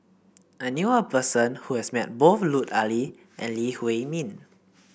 I knew a person who has met both Lut Ali and Lee Huei Min